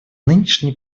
нынешний